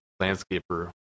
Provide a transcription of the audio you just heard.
landscaper